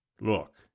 Look